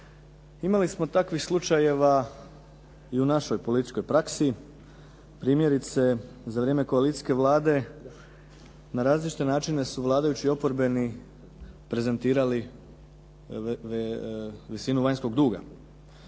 Imali smo takvih slučajeva i u našoj političkoj praksi, primjerice za vrijeme koalicijske Vlade, na različite načine su vladajući i oporbeni prezentirali visinu vanjskog duga.